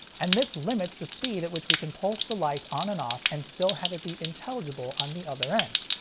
and this limits the speed at which we can pulse the light on and off and still have it be intelligible on the other end.